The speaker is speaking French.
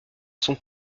son